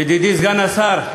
ידידי סגן השר,